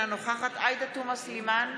אינה נוכחת עאידה תומא סלימאן,